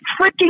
freaking